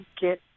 get